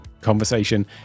conversation